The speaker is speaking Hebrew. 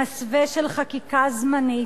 שבמסווה של חקיקה זמנית,